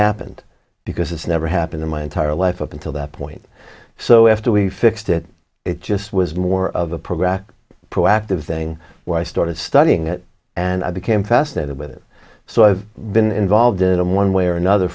happened because it's never happened in my entire life up until that point so after we fixed it it just was more of a program proactive thing where i started studying it and i became fascinated with it so i've been involved in one way or another